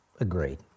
Agreed